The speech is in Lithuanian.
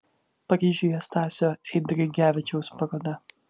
paryžiuje stasio eidrigevičiaus paroda